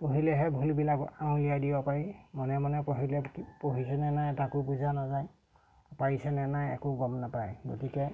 পঢ়িলেহে ভুলবিলাক আঙুলিয়াই দিব পাৰি মনে মনে পঢ়িলে পঢ়িছেনে নাই তাকো বুজা নাযায় পাৰিছেনে নাই একো গম নাপায় গতিকে